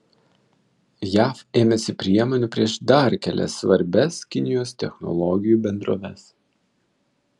jav ėmėsi priemonių prieš dar kelias svarbias kinijos technologijų bendroves